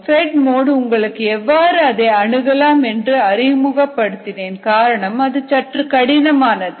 bed மோடு உங்களுக்கு எவ்வாறு அதை அணுகலாம் என்று அறிமுகப்படுத்தினேன் காரணம் அது சற்று கடினமானது